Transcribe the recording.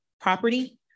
property